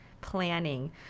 Planning